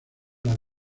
las